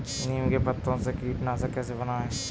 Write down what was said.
नीम के पत्तों से कीटनाशक कैसे बनाएँ?